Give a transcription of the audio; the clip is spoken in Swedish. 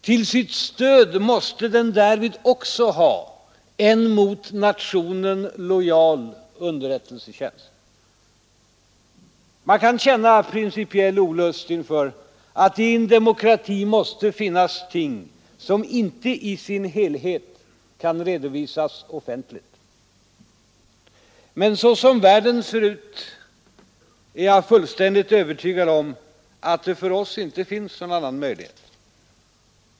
Till sitt stöd måste den därvid också ha en mot nationen lojal underrättelsetjänst. Man kan känna principiell olust inför att det i en demokrati måste finnas ting som inte i sin helhet kan redovisas offentligt. Men så som världen ser ut är jag fullständigt övertygad om att det för oss inte finns någon annan möjlighet.